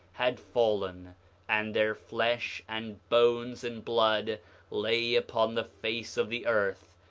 had fallen and their flesh, and bones, and blood lay upon the face of the earth,